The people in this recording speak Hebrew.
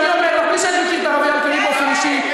ואני אומר לך בלי שאני מכיר את הרב אייל קרים באופן אישי,